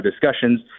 discussions